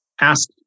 ask